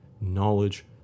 knowledge